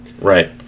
Right